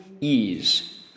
ease